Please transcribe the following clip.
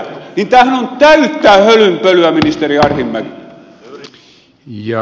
tämähän on täyttä hölynpölyä ministeri arhinmäki